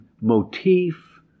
motif